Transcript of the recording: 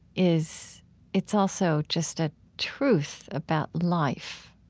is it's also just a truth about life